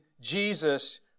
Jesus